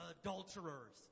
adulterers